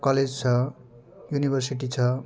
college छ university छ